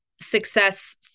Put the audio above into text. success